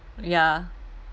yeah